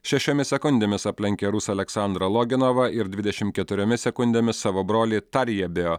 šešiomis sekundėmis aplenkė rusą aleksandrą loginovą ir dvidešim keturiomis sekundėmis savo brolį tarje bio